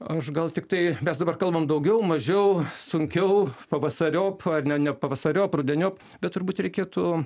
aš gal tiktai mes dabar kalbam daugiau mažiau sunkiau pavasariop ar ne ne pavasariop rudeniop bet turbūt reikėtų